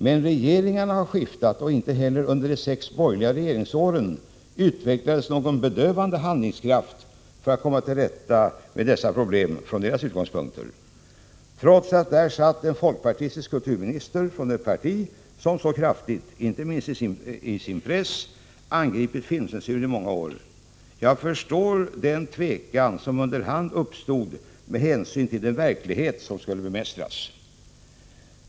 Men regeringar har skiftat och inte heller under de sex borgerliga regeringsåren utvecklades någon bedövande handlingskraft för att komma till rätta med dessa problem, trots att där satt en folkpartistisk kulturminister från ett parti som så kraftigt — inte minst i sin press — angripit filmcensuren i många år. Jag förstår den tvekan som under hand uppstod med hänsyn till den verklighet som skulle bemästras.